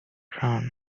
ground